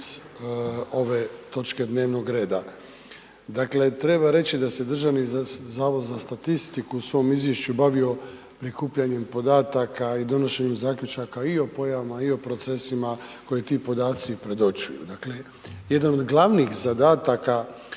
ove točke dnevnog reda. Dakle, treba reći da se Državni zavod za statistiku u svom Izvješću bavio prikupljanjem podataka i donošenjem zaključaka i o pojavama, i o procesima koje ti podaci predočuju. Dakle, jedan od glavnih zadataka